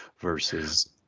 versus